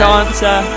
answer